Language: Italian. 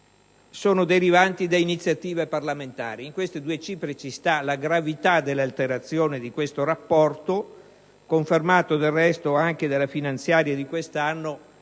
sono derivanti da iniziative parlamentari. In queste due cifre c'è la gravità dell'alterazione di questo rapporto, confermata del resto anche dalla finanziaria di quest'anno,